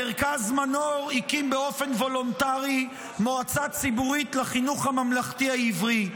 מרכז מנור הקים באופן וולונטרי מועצה ציבורית לחינוך הממלכתי העברי.